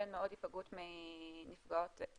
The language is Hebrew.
היפגעות של נפגעות.